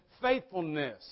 faithfulness